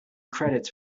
credits